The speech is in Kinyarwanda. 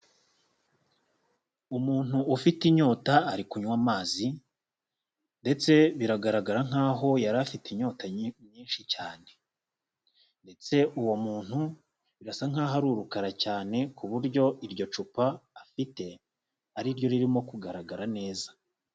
Umuntu ufite inyota ari kunywa amazi ndetse biragaragara nk'aho yari afite inyotayi nyinshi cyane ndetse uwo muntu birasa nk'aho ari urukara cyane ku buryo iryo cupa afite ari ryo ririmo kugaragara neza.